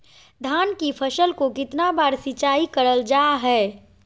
धान की फ़सल को कितना बार सिंचाई करल जा हाय?